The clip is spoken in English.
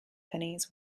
pennies